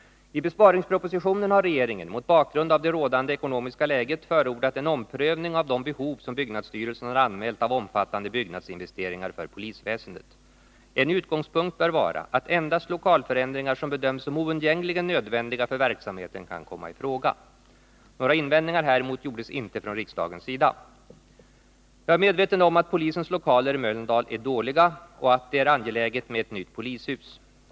I besparingspropositionen . Jag är medveten om att polisens lokaler i Mölndal är dåliga och att ett nytt polishus är angeläget.